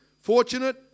fortunate